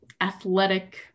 athletic